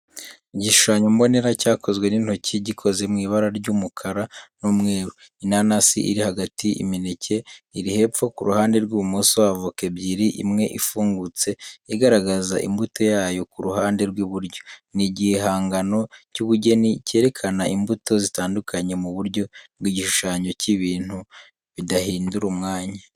Igishushanyo mbonera cyakozwe n'intoki, gikoze mu ibara ry'umukara n'umweru. Inanasi iri hagati, imineke iri hepfo ku ruhande rw'ibumoso, avoka ebyiri imwe ifungutse igaragaza imbuto yayo ku ruhande rw'iburyo. Ni igihangano cy’ubugeni, cyerekana imbuto zitandukanye mu buryo bw'igishushanyo cy’ibintu bidahindura umwanya.